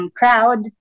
crowd